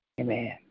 Amen